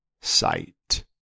sight